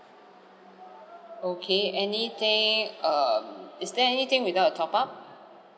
okay anything um is there anything without a top up